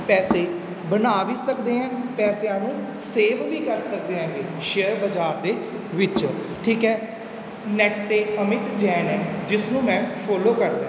ਪੈਸੇ ਬਣਾ ਵੀ ਸਕਦੇ ਹੈ ਪੈਸਿਆਂ ਨੂੰ ਸੇਵ ਵੀ ਕਰ ਸਕਦੇ ਹੈਗੇ ਸ਼ੇਅਰ ਬਜ਼ਾਰ ਦੇ ਵਿੱਚ ਠੀਕ ਹੈ ਨੈੱਟ 'ਤੇ ਅਮਿਤ ਜੈਨ ਹੈ ਜਿਸ ਨੂੰ ਮੈਂ ਫੋਲੋ ਕਰਦਾ